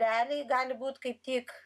realiai gali būt kaip tik